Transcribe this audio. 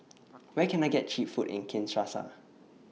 Where Can I get Cheap Food in Kinshasa